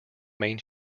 main